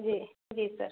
जी जी सर